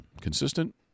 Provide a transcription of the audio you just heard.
consistent